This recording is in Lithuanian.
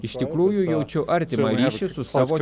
iš tikrųjų jaučiu artimą ryšį su savo